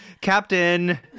Captain